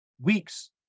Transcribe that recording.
weeks